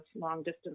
long-distance